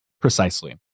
Precisely